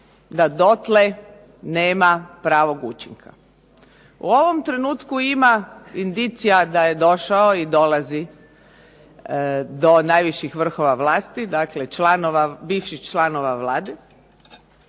da dotle nema pravog učinka. U ovom trenutku ima indicija da je došao i da dolazi do najviših vrhova vlasti, dakle bivših članova Vlade